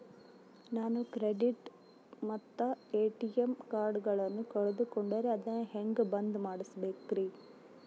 ನಾನು ಕ್ರೆಡಿಟ್ ಮತ್ತ ಎ.ಟಿ.ಎಂ ಕಾರ್ಡಗಳನ್ನು ಕಳಕೊಂಡರೆ ಅದನ್ನು ಹೆಂಗೆ ಬಂದ್ ಮಾಡಿಸಬೇಕ್ರಿ?